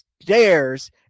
dares